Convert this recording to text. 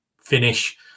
finish